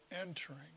entering